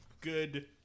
Good